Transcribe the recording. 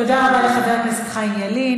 תודה רבה לחבר הכנסת חיים ילין,